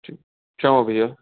जी चङु भैया